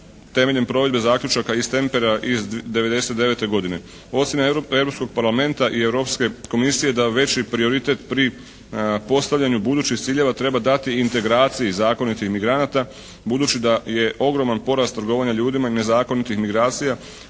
temeljem provedbe zaključaka … /Govornik se ne razumije./ … iz 1999. godine. Osim Europskog parlamenta i Europske komisije da veći prioritet pri postavljanju budućih ciljeva treba dati integraciji zakonitih migranata budući da je ogroman porast trgovanja ljudima i nezakonitih migracija